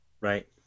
Right